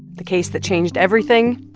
the case that changed everything,